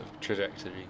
trajectory